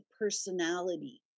personality